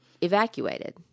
evacuated